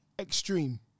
extreme